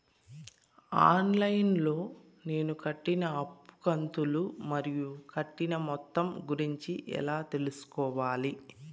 On line లో నేను కట్టిన అప్పు కంతులు మరియు కట్టిన మొత్తం గురించి ఎలా తెలుసుకోవాలి?